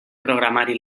programari